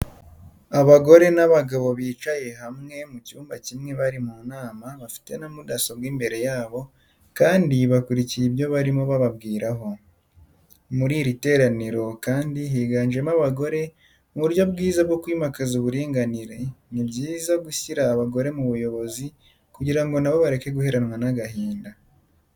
Abagore n'abagabo bicaye hamwe mu cyumba kimwe bari mu nama bafite na mudasobwa imbere yabo kandi bakurikiye ibyo barimo bababwiraho. Muri iri teraniro kandi higanjemo abagore, mu buryo bwiza bwo kwimakaza uburinganira ni byiza gushyira abagore mu buyobozi kugira ngo na bo bareke guheranwa n'agahinda.